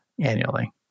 annually